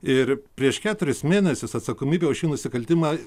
ir prieš keturis mėnesius atsakomybę už šį nusikaltimą